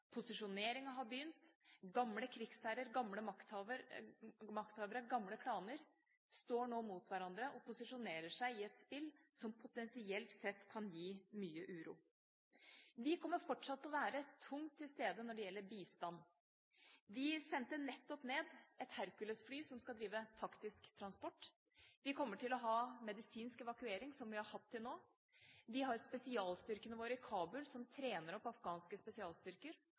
har begynt, gamle krigsherrer, gamle makthavere og gamle klaner står nå mot hverandre og posisjonerer seg i et spill som potensielt sett kan gi mye uro. Vi kommer fortsatt til å være tungt til stede når det gjelder bistand. Vi sendte nettopp ned et Hercules-fly som skal drive taktisk transport. Vi kommer til å ha medisinsk evakuering, som vi har hatt til nå. Vi har spesialstyrkene våre i Kabul, som trener opp afghanske spesialstyrker,